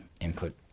input